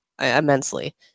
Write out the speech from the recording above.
immensely